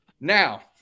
Now